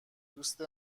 دوست